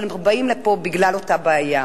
אבל הן באות לפה בגלל אותה בעיה.